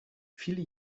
viele